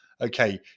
okay